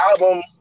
album